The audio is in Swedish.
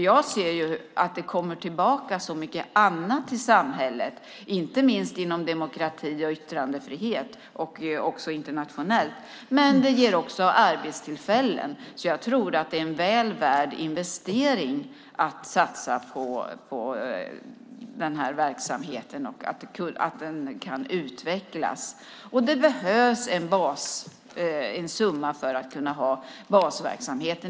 Jag ser att det kommer tillbaka så mycket annat i samhället, inte minst inom demokrati och yttrandefrihet och också internationellt. Men det ger också arbetstillfällen. Jag tror att det är en väl värd investering att satsa på den här verksamheten så att den kan utvecklas. Det behövs en summa för att kunna ha basverksamhet.